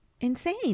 insane